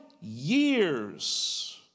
years